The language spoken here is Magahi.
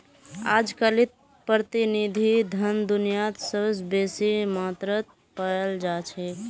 अजकालित प्रतिनिधि धन दुनियात सबस बेसी मात्रात पायाल जा छेक